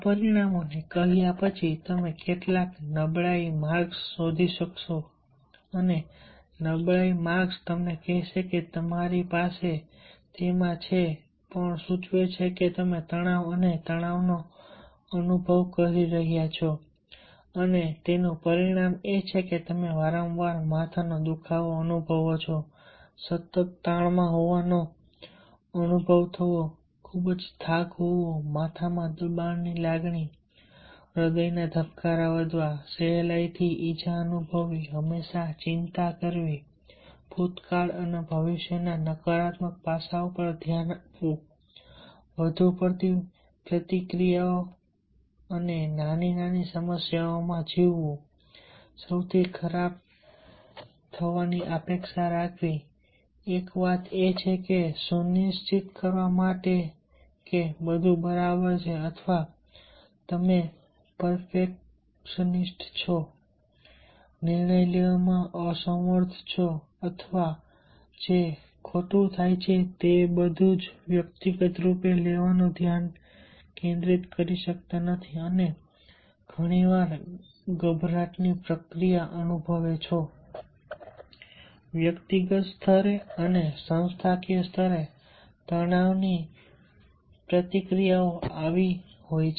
આ પરિણામોને કહ્યા પછી તમે કેટલાક નબળાઈ માર્કર્સ શોધી શકો છો અને નબળાઈ માર્કર્સ તમને કહેશે કે તમારી પાસે તેમાં છે તે પણ સૂચવે છે કે તમે તણાવ અને તણાવનો અનુભવ કરી રહ્યાં છો અને તેનું પરિણામ એ છે કે તમે વારંવાર માથાનો દુખાવો અનુભવો છો સતત તાણમાં હોવાનો અનુભવ થવો ખૂબ જ થાક હોવો માથામાં દબાણની લાગણી હૃદયના ધબકારા વધવા સહેલાઈથી ઈજા અનુભવવી હંમેશા ચિંતા કરવી ભૂતકાળ અને ભવિષ્યના નકારાત્મક પાસાઓ પર ધ્યાન આપવું વધુ પડતી પ્રતિક્રિયાઓ નાની સમસ્યાઓમાં જીવવું સૌથી ખરાબ થવાની અપેક્ષા રાખવી એક વાત એ કે સુનિશ્ચિત કરવા માટે કે બધું બરાબર છે અથવા તમે પરફેક્શનિસ્ટ છો નિર્ણયો લેવામાં અસમર્થ છો અથવા જે ખોટું થાય છે તે બધું જ વ્યક્તિગત રૂપે લેવાનું ધ્યાન કેન્દ્રિત કરી શકતા નથી અને ઘણીવાર ગભરાટની પ્રતિક્રિયાઓ અનુભવે છે વ્યક્તિગત સ્તરે અને સંસ્થાકીય સ્તરે તણાવની પ્રતિક્રિયાઓ આવી હોય